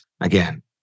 again